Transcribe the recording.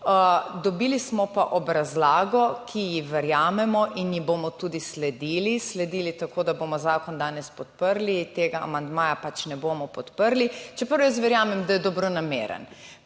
dobili smo pa razlago, ki ji verjamemo in ji bomo tudi sledili, tako da bomo zakon danes podprli, tega amandmaja pač ne bomo podprli, čeprav jaz verjamem, da je dobronameren.